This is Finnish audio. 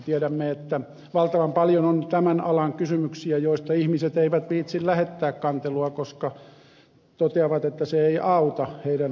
tiedämme että valtavan paljon on tämän alan kysymyksiä joista ihmiset eivät viitsi lähettää kantelua koska toteavat että se ei auta heidän asiassaan